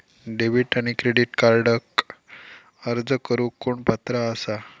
Debit आणि credit कार्डक अर्ज करुक कोण पात्र आसा?